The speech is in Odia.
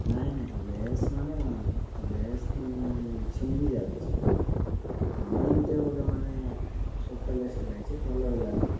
ନାଇଁ ନାଇଁ ଲେସ୍ ମାନେ କ'ଣ ଲେସ୍ ଛିଣ୍ଡି ଯାଉଛି ହଁ ଏମିତିଆ ଗୋଟେ ମାନେ ଛୋଟ ଲେସ୍ଟେ ଲାଗିଛି ଭଲ ବି ଲାଗୁନି